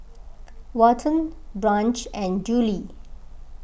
Walton Branch and Juli